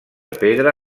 pedra